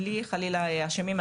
בלי חלילה לחפש אשמים,